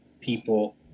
people